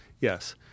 yes